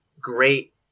great